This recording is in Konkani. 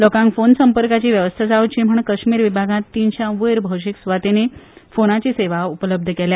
लोकांक फोन संपर्काची वेवस्था जावची म्हण कश्मीर विभागांत तिश्या वयर भौशीक सुवातांनी फोनाची सेवा उपलब्ध केल्या